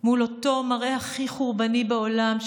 מול אותו מראה הכי חורבני בעולם,